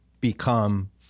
become